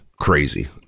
crazy